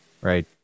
right